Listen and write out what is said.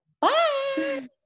Bye